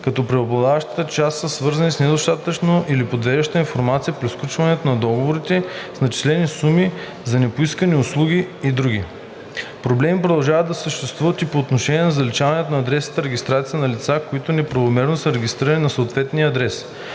като преобладаващата част са свързани с недостатъчната или подвеждаща информация при сключването на договорите, с начислени суми за непоискани услуги и други. Проблеми продължават да съществуват и по отношение на заличаването на адресната регистрация на лица, които неправомерно са регистрирани на съответния адрес,